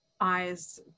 eyes